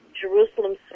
Jerusalem